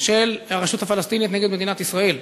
של הרשות הפלסטינית נגד מדינת ישראל.